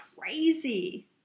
crazy